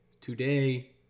Today